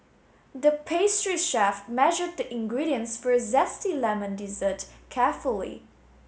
the pastry chef measured the ingredients for a zesty lemon dessert carefully